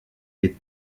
est